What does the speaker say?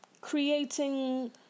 creating